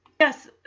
Yes